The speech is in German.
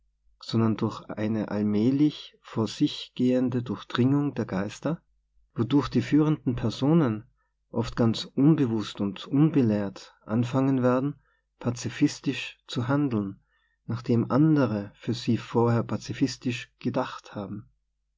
sondern durch eine allmählich vor sich gehende durchdringung der geister wodurch die führenden personen oft ganz unbewußt und unbe lehrt anfangen werden pazifistisch zu handeln nachdem andere für sie vorher pazifistisch ge dacht haben